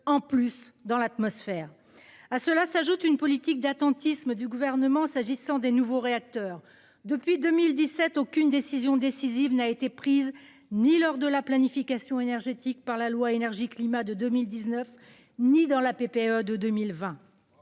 en plus dans l'atmosphère. À cela s'ajoute une politique d'attentisme du gouvernement s'agissant des nouveaux réacteurs depuis 2017, aucune décision décisive n'a été prise ni lors de la planification énergétique par la loi énergie-climat de 2019 ni dans l'APP de 2020.